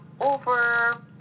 over